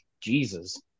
Jesus